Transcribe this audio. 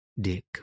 Dick